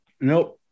Nope